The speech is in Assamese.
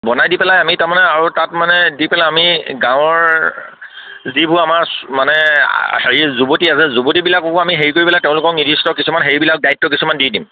বনাই দি পেলাই আমি তাৰমানে আৰু তাত মানে দি পেলাই আমি গাঁৱৰ যিবোৰ আমাৰ মানে হেৰি যুৱতী আছে যুৱতীবিলাককো আমি হেৰি কৰি পেলাই তেওঁলোকক নিৰ্দিষ্ট কিছুমান হেইবিলাক দায়িত্ব কিছমান দি দিম